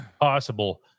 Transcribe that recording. possible